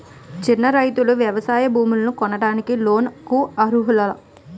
చిన్న రైతులు వ్యవసాయ భూములు కొనడానికి లోన్ లకు అర్హులా?